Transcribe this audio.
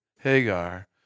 Hagar